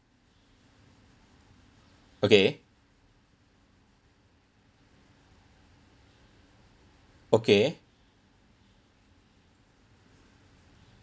okay okay